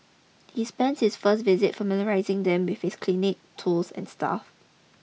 he spends his first visit familiarising them with his clinic tools and staff